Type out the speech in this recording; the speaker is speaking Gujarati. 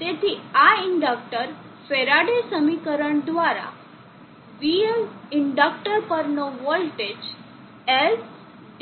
તેથી આ ઇન્ડકટર ફેરાડે સમીકરણ દ્વારા vL ઇન્ડકટર પરનો વોલ્ટેજ L